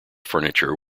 furniture